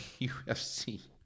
UFC